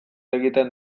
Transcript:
egiten